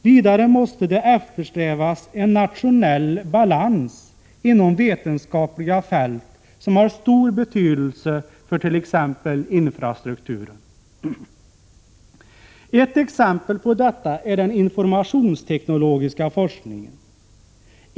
Vidare måste det eftersträvas en nationell balans inom vetenskapliga fält som har stor betydelse för t.ex. infrastrukturen. Ett exempel på detta är den informationsteknologiska forskningen.